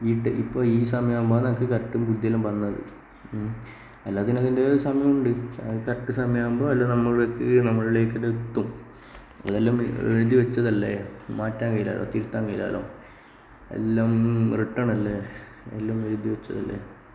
വീട്ടില് ഇപ്പം ഈ സമയം കറക്റ്റ് ബുദ്ധിയെല്ലാം വന്നത് എല്ലാത്തിനും അതിൻറെതായ ഒര് സമയമുണ്ട് ആ കറക്റ്റ് സമയമാകുമ്പോൾ എല്ലാം നമ്മളില് എത്തി നമ്മളിലേക്ക് എത്തും അതെല്ലാം എഴുതി വച്ചതല്ലേ മാറ്റാൻ കഴിയില്ലല്ലോ തിരുത്താൻ കഴിയില്ലല്ലോ എല്ലാം റിട്ടേൺ അല്ലെ എല്ലാം എഴുതിവച്ചതല്ലേ